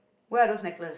where are those necklace